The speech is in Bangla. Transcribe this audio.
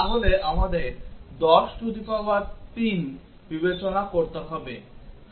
তাহলে আমাদের 10 টু দি পাওয়ার 3 বিবেচনা করতে হবে